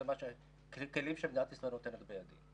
אלו כלים שמדינת ישראל נותנת בידי.